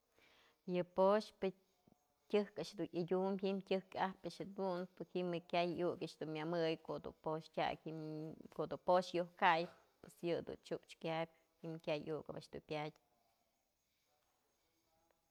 Yë po'oxpë tyëjkë a'ax dun yadyum ji'im tyëjk ap a'ax jedun, ji'im je'e kyay iukë a'ax dun myëmëy ko'o dun po'oxtyak ji'im ko'o dun po'ox yojkay yë dun chiuch kyabyë ji'im kyan iukë ob a'ax dun pyadyë.